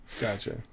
gotcha